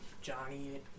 Johnny